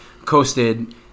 coasted